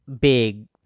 big